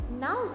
Now